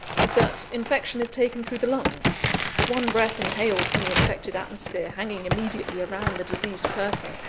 is, that infection is taken through the lungs one breath inhaled from the infected atmosphere hanging immediately around the diseased person,